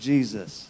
Jesus